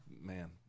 man